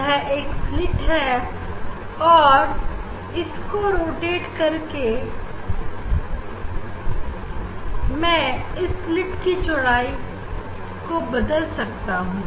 यह एक स्लीट और किस को रोटेट करके मैं इस स्लीट की चौड़ाई को बदल सकता हूं